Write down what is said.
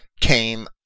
came